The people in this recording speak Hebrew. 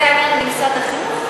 זה עניין למשרד החינוך?